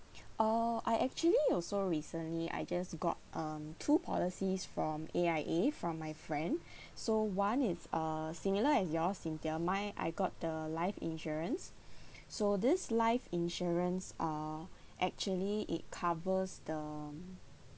uh I actually also recently I just got um two policies from A_I_A from my friend so one is a similar as yours cynthia mine I got the life insurance so this life insurance uh actually it covers the